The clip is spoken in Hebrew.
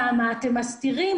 למה אתם מסתירים.